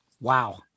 Wow